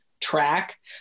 track